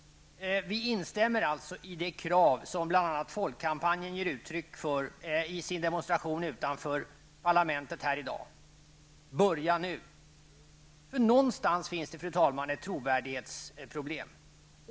Vi instämmer alltså i det krav som bl.a. folkkampanjen ger uttryck för i sin demonstration utanför parlamentet här i dag: Börja nu. För någonstans finns det, fru talman, ett trovärdighetsproblem.